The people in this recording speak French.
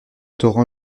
torrent